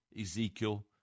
Ezekiel